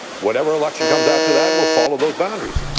whatever election comes after that will follow those boundaries.